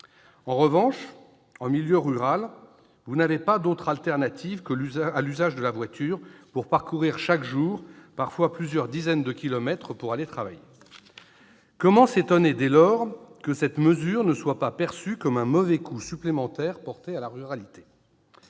En revanche, en milieu rural, vous n'avez pas d'alternative à l'usage de la voiture pour parcourir chaque jour parfois plusieurs dizaines de kilomètres pour aller travailler. Comment s'étonner dès lors que cette mesure soit perçue comme un mauvais coup supplémentaire porté à la ruralité ?